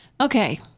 Okay